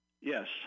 Yes